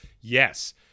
yes